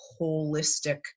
holistic